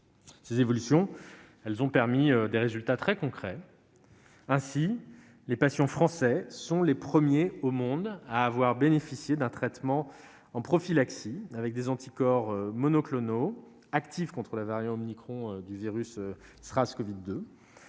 Ces évolutions ont produit des résultats très concrets. Ainsi, les patients français sont les premiers au monde à avoir bénéficié d'un traitement en prophylaxie, avec des anticorps monoclonaux actifs contre le variant omicron du virus SARS-CoV-2.